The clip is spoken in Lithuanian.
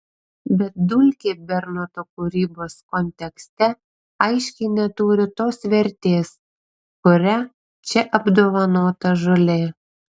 bet dulkė bernoto kūrybos kontekste aiškiai neturi tos vertės kuria čia apdovanota žolė